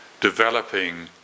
developing